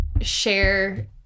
share